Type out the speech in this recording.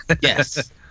Yes